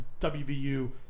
WVU